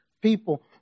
people